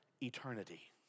eternity